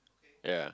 yea